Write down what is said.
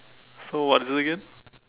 so what is it again